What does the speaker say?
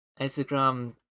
Instagram